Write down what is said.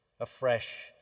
afresh